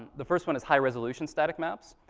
the first one is high-resolution static maps.